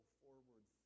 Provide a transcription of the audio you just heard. forward